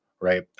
right